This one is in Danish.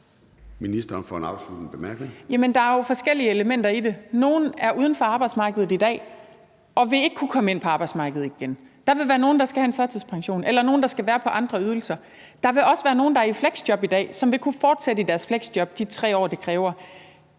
der er jo forskellige elementer i det. Nogle er uden for arbejdsmarkedet i dag og vil ikke kunne komme ind på arbejdsmarkedet igen. Der vil være nogle, der skal have en førtidspension, eller nogle, der skal være på andre ydelser. Der vil også være nogle, der er i fleksjob i dag, og som vil kunne fortsætte i deres fleksjob de 3 år, det kræver.